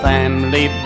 Family